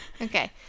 Okay